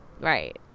Right